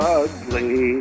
ugly